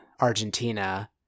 Argentina